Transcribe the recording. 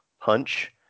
punch